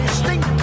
stink